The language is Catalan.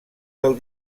del